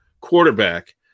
quarterback